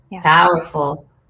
powerful